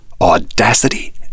audacity